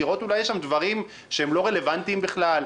לראות אולי יש שם דברים שהם לא רלוונטיים בכלל,